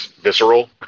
visceral